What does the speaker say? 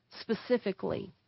specifically